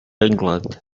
england